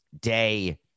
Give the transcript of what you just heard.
day –